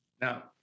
Now